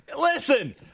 Listen